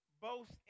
boast